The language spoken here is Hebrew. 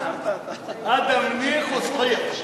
האד'א מניח וצחיח.